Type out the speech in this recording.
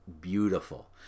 beautiful